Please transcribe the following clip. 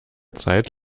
zeit